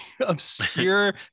obscure